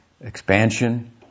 expansion